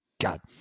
God